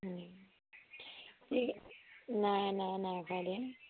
ঠিক নাই নাই নাই খোৱা এতিয়া